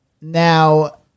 Now